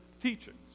teachings